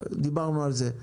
דיברנו על זה.